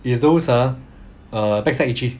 is those ah err backside itchy